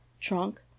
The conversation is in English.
trunk